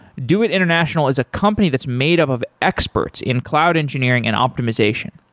doit international is a company that's made up of experts in cloud engineering and optimization.